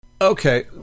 Okay